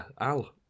Al